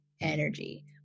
Energy